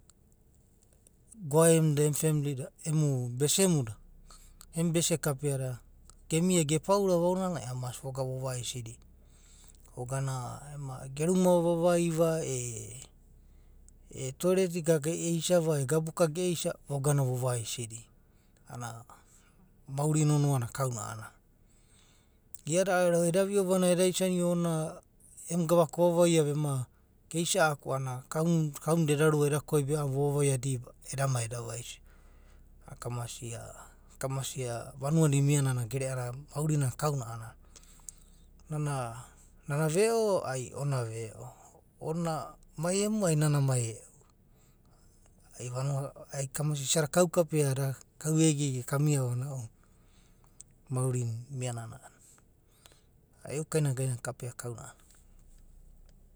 Goa emu da, emu femili da, emu bese muda, emu bese kapea da gemiava ge paurava aonanai a’anana mast vogana vovaisidia vogana ema geruma vavaiva e toileti naka ge eisiava e, gabu ka ge’esia va vo gana vo vaisida a’anana maurina nonoana kau na’ana. Iada ero edo vio vanai eda, isanio orina emu gavaka ovavaiva ema geisa’aku a’anana kau muda eda rua, eda koi be a’anana vovaiva diba, eda mai eda vaisio, a’a kamasia vanua na imianana gere anana maurinana kauna ana. Nana veo, ai onina veo, onina mai emu ai nana mai e’u. kamasia isa da kau kapeada, kau ege ege kamiava a’anana ounanai maurina imiana na adina. E’u kaingai na kapea kauna’ana na.